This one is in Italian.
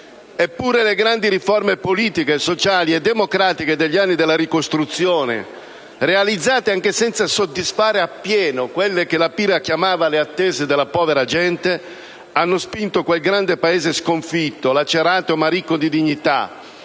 Eppure, le grandi riforme politiche, sociali e democratiche degli anni della ricostruzione, realizzate anche senza soddisfare appieno quelle che La Pira chiamava "le attese della povera gente", hanno spinto quel grande Paese sconfitto, lacerato ma ricco di dignità,